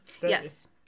Yes